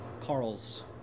Carl's